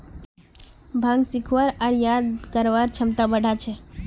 भांग सीखवार आर याद करवार क्षमता बढ़ा छे